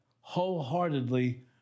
wholeheartedly